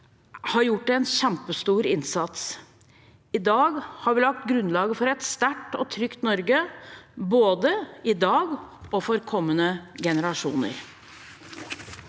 har gjort en kjempestor innsats. I dag har vi lagt grunnlaget for et sterkt og trygt Norge, både i dag og for kommende generasjoner.